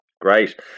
great